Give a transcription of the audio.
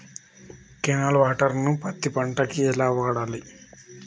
Canal water ను పత్తి పంట కి ఎలా వాడాలి?